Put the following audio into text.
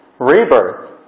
Rebirth